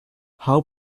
how